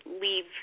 leave